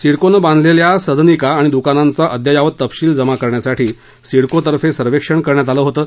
सिडकोनं बांधलेल्या सदनिका आणि दुकानांचा अद्ययावत तपशील जमा करण्यासाठी सिडकोतर्फे सर्वेक्षण करण्यात आलं होतं